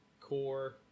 core